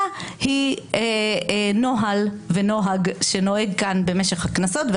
היא נוהל ונוהג שנוהג כאן במשך הכנסות,